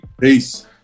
Peace